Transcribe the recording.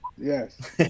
Yes